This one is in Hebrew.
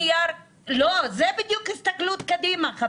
זה בדיוק הסתכלות קדימה.